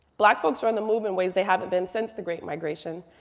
black folks are on the move in ways they haven't been since the great migration.